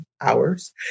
hours